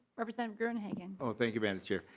representative gruenhagen thank you mme. and chair.